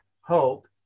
hope